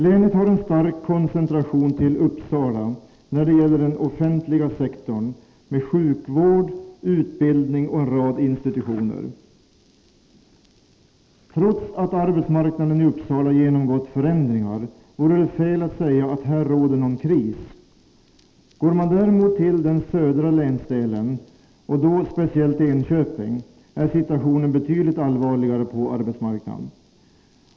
Länet har en stark koncentration till Uppsala när det gäller den offentliga sektorn med sjukvård, utbildning och en rad institutioner. Trots att arbetsmarknaden i Uppsala genomgått förändringar vore det fel att säga att här råder någon kris. Går man däremot till den södra länsdelen — och då speciellt Enköping — är situationen på arbetsmarknaden betydligt allvarligare.